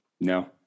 no